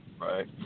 right